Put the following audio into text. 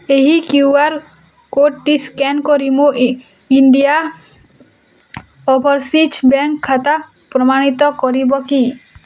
ଏହି Q R କୋର୍ଡ଼ଟି scan କରି ମୋ ଇଣ୍ଡିଆନ୍ ଓଭରସିଜ୍ ବ୍ୟାଙ୍କ୍ ଖାତା ପ୍ରମାଣିତ କରିବ କି